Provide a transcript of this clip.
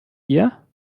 hier